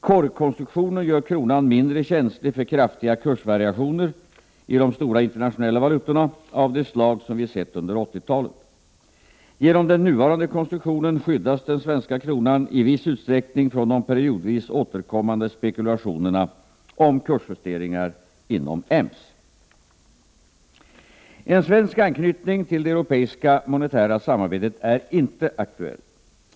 Korgkonstruktionen gör kronan mindre känslig för kraftiga kursvariationer i de stora internationella valutorna av det slag som vi sett under 80-talet. Genom den nuvarande konstruktionen skyddas den svenska kronan i viss utsträckning från de periodvis återkommande spekulationerna om kursjusteringar inom EMS. En svensk anknytning till det europeiska monetära samarbetet är inte aktuell.